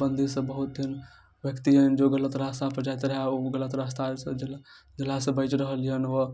बादमे हमसब ओकरा पीसा तीसा कऽ हमसब धोए पीसा कऽ यूज करैत छी बाल बच्चाके खुआबैत छी